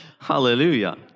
Hallelujah